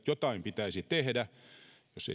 jotain pitäisi tehdä jos